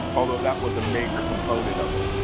although that was a major component of it.